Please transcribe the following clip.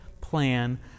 plan